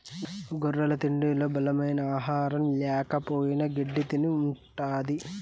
గొర్రెల తిండిలో బలమైన ఆహారం ల్యాకపోయిన గెడ్డి తిని ఉంటది